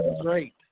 great